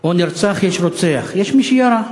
או נרצח יש רוצח, יש מי שירה.